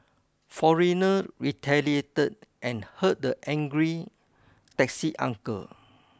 foreigner retaliated and hurt the angry taxi uncle